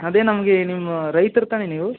ಅದೇ ನಮಗೆ ನಿಮ್ಮ ರೈತರು ತಾನೇ ನೀವು